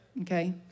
Okay